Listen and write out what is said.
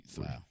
Wow